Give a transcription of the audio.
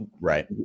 Right